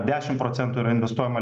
dešimt procentų yra investuojama